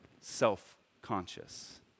self-conscious